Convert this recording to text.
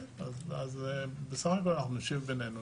אז אנחנו נשב בינינו,